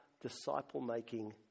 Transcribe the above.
disciple-making